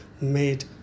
made